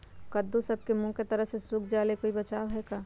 कददु सब के मुँह के तरह से सुख जाले कोई बचाव है का?